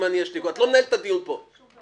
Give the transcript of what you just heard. אני למדתי מפה דבר אחד, אדוני היושב-ראש,